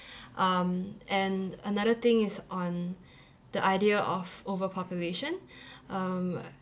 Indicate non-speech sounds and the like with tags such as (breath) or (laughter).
(breath) um and another thing is on the idea of overpopulation (breath) um